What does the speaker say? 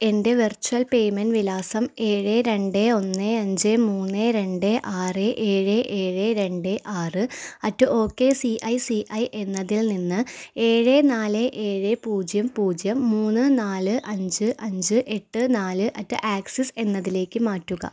എൻ്റെ virtual payment വിലാസം ഏഴ് രണ്ട് ഒന്ന് അഞ്ച് മൂന്ന് രണ്ട് ആറ് ഏഴ് ഏഴ് രണ്ട് ആറ് at O K C I C I എന്നതിൽ നിന്ന് ഏഴ് നാല് ഏഴ് പൂജ്യം പൂജ്യം മൂന്ന് നാല് അഞ്ച് അഞ്ച് എട്ട് നാല് അറ്റ് ആക്സിസ് എന്നതിലേക്ക് മാറ്റുക